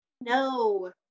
no